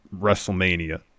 WrestleMania